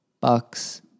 Bucks